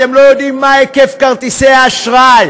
אתם לא יודעים מה היקף כרטיסי האשראי.